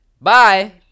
Bye